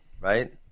right